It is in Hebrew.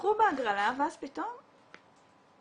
זכו בהגרלה ואז פתאום כלום,